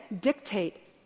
dictate